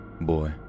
Boy